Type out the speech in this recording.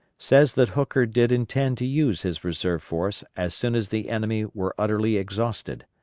says that hooker did intend to use his reserve force as soon as the enemy were utterly exhausted.